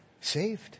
Saved